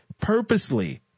purposely